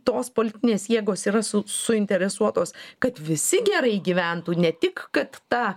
tos politinės jėgos yra su suinteresuotos kad visi gerai gyventų ne tik kad ta